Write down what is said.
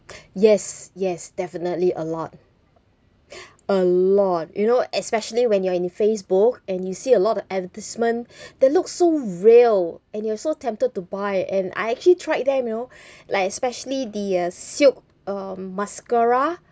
yes yes definitely a lot a lot you know especially when you are in the facebook and you see a lot of advertisement they look so real and you also tempted to buy and I actually tried them you know like especially the uh silk um mascara